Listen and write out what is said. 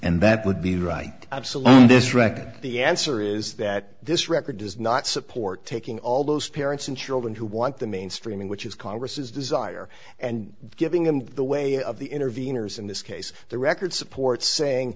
and that would be right absolutely this reckon the answer is that this record does not support taking all those parents and children who want the mainstreaming which is congress's desire and giving them the way of the interveners in this case the record supports saying